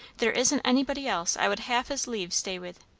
there isn't anybody else i would half as lieve stay with.